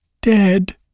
dead